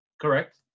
Correct